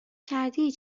کردی